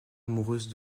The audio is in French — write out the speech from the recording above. amoureuse